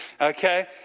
Okay